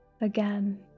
Again